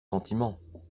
sentiments